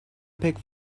pek